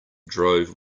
drove